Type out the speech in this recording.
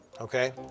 okay